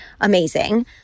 amazing